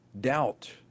doubt